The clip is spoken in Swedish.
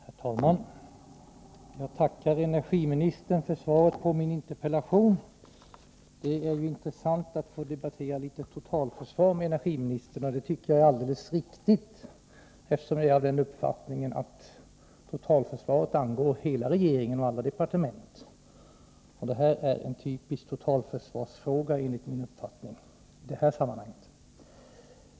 Herr talman! Jag tackar energiministern för svaret på min interpellation. Det är intressant att få debattera litet totalförsvar med energiministern — och det tycker jag är alldeles riktigt, eftersom jag är av den uppfattningen att totalförsvaret angår hela regeringen och alla departement. Det här är enligt min uppfattning en typisk totalförsvarsfråga.